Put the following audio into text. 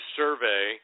survey